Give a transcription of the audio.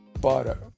butter